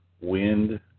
wind